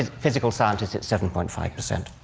ah physical scientists, it's seven point five percent.